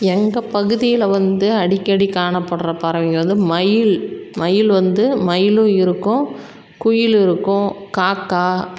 எங்கள் பகுதியில் வந்து அடிக்கடி காணப்படுற பறவைங்கள் வந்து மயில் மயில் வந்து மயிலும் இருக்கும் குயில் இருக்கும் காக்கா